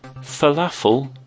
falafel